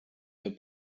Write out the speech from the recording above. der